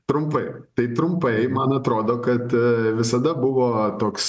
trumpai tai trumpai man atrodo kad visada buvo toks